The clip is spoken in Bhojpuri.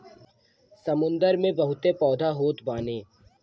समुंदर में बहुते पौधा होत बाने